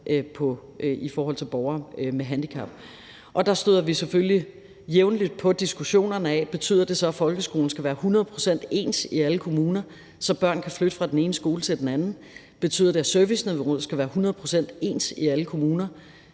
i forhold til borgere med handicap. Og der støder vi selvfølgelig jævnligt på diskussionerne om, om det så betyder, at folkeskolen skal være hundrede procent ens i alle kommuner, så børn kan flytte fra den ene skole til den anden, eller om det betyder, at serviceniveauet skal være hundrede procent ens i alle kommuner,